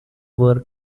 were